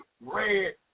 Red